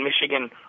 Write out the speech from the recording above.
Michigan